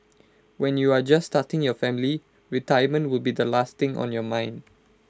when you are just starting your family retirement will be the last thing on your mind